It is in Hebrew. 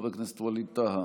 חבר הכנסת ווליד טאהא,